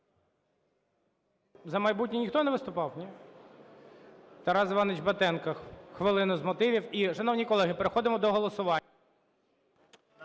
"За майбутнє" ніхто не виступав, ні? Тарас Іванович Батенко, хвилина з мотивів. І, шановні колеги, переходимо до голосування.